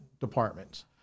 departments